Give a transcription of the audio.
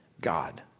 God